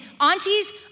aunties